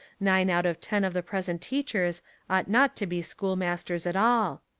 nine out of ten of the present teachers ought not to be schoolmasters at all.